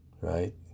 right